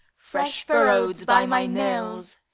fresh-furrowed by my nails,